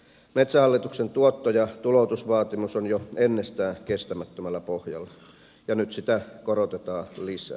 metsähallituksen tuotto ja tuloutusvaatimus on jo ennestään kestämättömällä pohjalla ja nyt sitä korotetaan lisää